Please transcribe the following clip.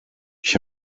ich